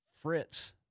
Fritz